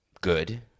good